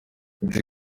nzi